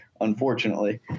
unfortunately